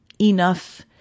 enough